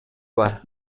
бар